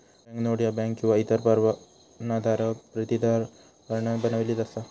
banknote ह्या bank किंवा इतर परवानाधारक प्राधिकरणान बनविली असा